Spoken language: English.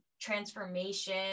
transformation